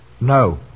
No